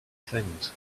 things